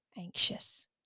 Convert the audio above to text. anxious